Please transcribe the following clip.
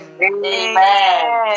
Amen